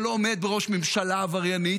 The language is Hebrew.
שלא עומד בראש ממשלה עבריינית,